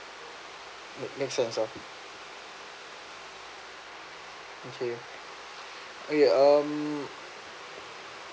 ya make sense okay oh yeah